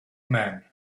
man